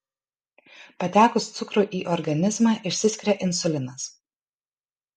patekus cukrui į organizmą išsiskiria insulinas